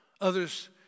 Others